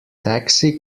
taxi